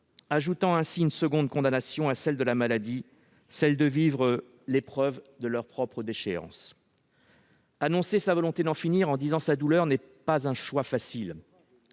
ajoute une seconde condamnation à celle de la maladie : vivre l'épreuve de leur propre déchéance. Annoncer sa volonté d'en finir, en disant sa douleur, n'est pas un choix facile ;